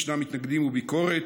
ישנם מתנגדים וביקורת,